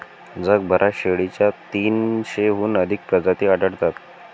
जगभरात शेळीच्या तीनशेहून अधिक प्रजाती आढळतात